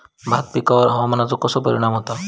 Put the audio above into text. भात पिकांर हवामानाचो कसो परिणाम होता?